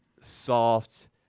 soft